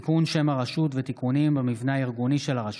(תיקון שם הרשות ותיקונים במבנה הארגוני של הרשות),